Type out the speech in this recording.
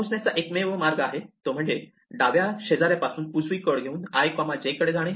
पोहोचण्याचा एकमेव मार्ग आहे म्हणजे डाव्या शेजाऱ्यापासून उजवी कड घेऊन i j कडे जाणे